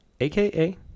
AKA